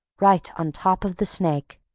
right on top of the snake.